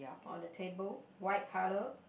on the table white colour